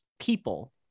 people